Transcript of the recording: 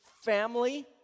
family